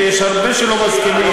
מסכימים, ויש הרבה שלא מסכימים.